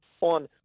on